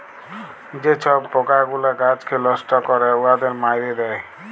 যে ছব পকাগুলা গাহাচকে লষ্ট ক্যরে উয়াদের মাইরে দেয়